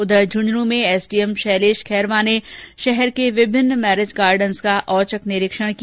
उधर झुंझुनू में एसडीएम शैलेश खैरवा ने शहर के विभिन्न मैरिज गार्डन्स का औचक निरीक्षण किया